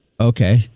Okay